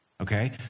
Okay